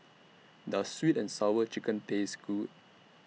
Does Sweet and Sour Chicken Taste Good